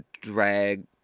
drag